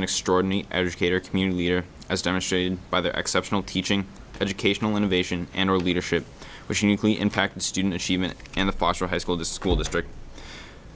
an extraordinary educator community here as demonstrated by their exceptional teaching educational innovation and our leadership was uniquely in fact the student achievement and the foster high school the school district